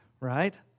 right